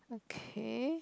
okay